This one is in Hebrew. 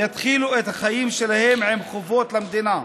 יתחילו את החיים שלהם עם חובות למדינה.